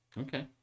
Okay